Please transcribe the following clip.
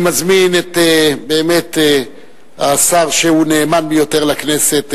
אני מזמין את השר שהוא נאמן ביותר לכנסת,